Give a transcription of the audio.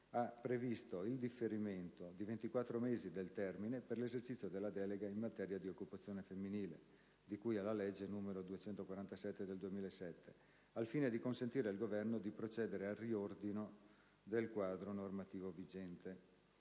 ha previsto il differimento di 24 mesi del termine per l'esercizio della delega in materia di occupazione femminile - di cui alla legge n. 247 del 2007 - al fine di consentire al Governo di procedere al riordino del quadro normativo vigente.